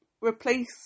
Replace